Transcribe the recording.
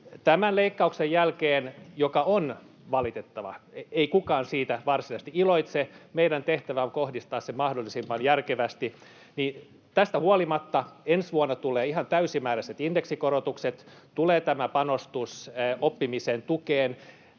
Tämän leikkauksen jälkeen, joka on valitettava — ei kukaan siitä varsinaisesti iloitse, meidän tehtävä on kohdistaa se mahdollisimman järkevästi — tästä huolimatta ensi vuonna tulee ihan täysimääräiset indeksikorotukset, tulee panostus oppimisen tukeen.